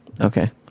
okay